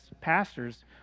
pastors